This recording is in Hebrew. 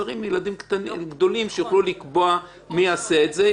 שרים הם ילדים גדולים שיכולים לקבוע מי יעשה את זה.